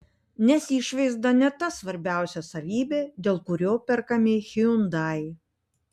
nes išvaizda ne ta svarbiausia savybė dėl kurio perkami hyundai